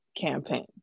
campaign